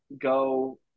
go